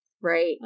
Right